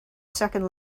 second